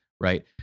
right